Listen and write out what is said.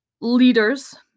leaders